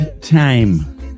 Time